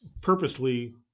purposely